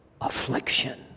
affliction